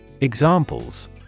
Examples